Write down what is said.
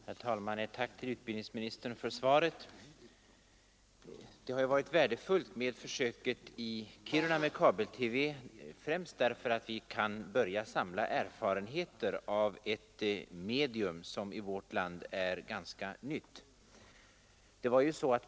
Herr talman! Jag tackar utbildningsministern för svaret. Det har varit värdefullt med kabel-TV-sändningarna i Kiruna, främst därför att vi kan behöva samla erfarenheter av ett medium som i vårt land är ganska nytt.